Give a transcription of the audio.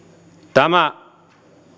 tämä